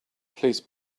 please